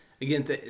again